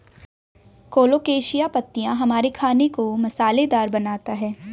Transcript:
colocasia पत्तियां हमारे खाने को मसालेदार बनाता है